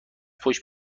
پشت